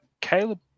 Caleb